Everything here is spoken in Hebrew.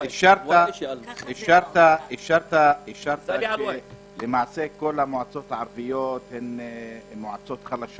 אישרת שכל המועצות הערבית הן חלשות.